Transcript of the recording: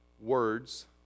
words